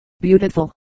beautiful